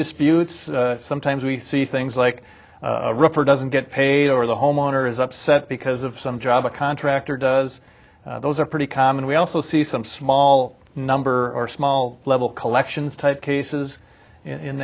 disputes sometimes we see things like rough or doesn't get paid or the homeowner is upset because of some job a contractor does those are pretty common we also see some small number or small level collections type cases in